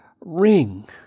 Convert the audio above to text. ring